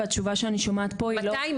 והתשובה שאני שומעת פה היא לא --- מתי?